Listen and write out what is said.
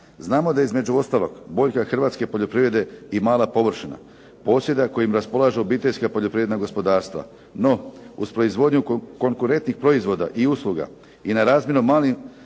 Znamo da je između ostalog boljka hrvatske poljoprivrede i mala površina, posjeda kojim raspolažu obiteljska poljoprivredna gospodarstva. No, uz proizvodnju konkurentnih proizvoda i usluga i na razmjerno malim